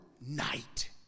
night